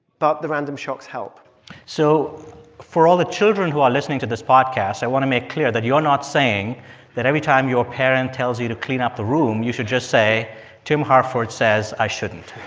but the random shocks help so for all the children who are listening to this podcast, i want to make clear that you're not saying that every time your parent tells you to clean up the room, you should just say tim harford says i shouldn't